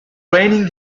raining